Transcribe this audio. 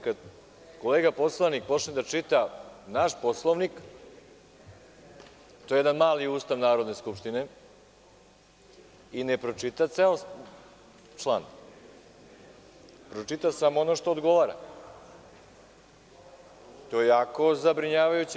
Kada kolega poslanik krene da čita naš Poslovnik, to je jedan mali Ustav Narodne skupštine, i ne pročita ceo član, pročita samo ono što odgovara, to je jako zabrinjavajuće.